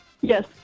yes